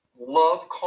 love